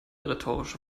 rhetorische